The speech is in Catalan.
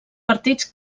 partits